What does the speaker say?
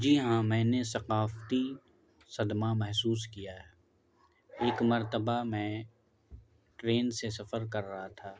جی ہاں میں نے ثقافتی صدمہ محسوس کیا ہے ایک مرتبہ میں ٹرین سے سفر کر رہا تھا